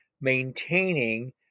maintaining